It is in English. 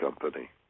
company